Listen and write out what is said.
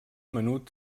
menut